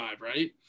right